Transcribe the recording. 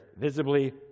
visibly